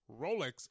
Rolex